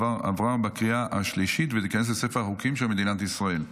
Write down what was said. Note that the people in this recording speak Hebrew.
עברה בקריאה השלישית ותיכנס לספר החוקים של מדינת ישראל.